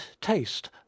taste